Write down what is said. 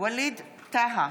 ווליד טאהא,